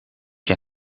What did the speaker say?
jij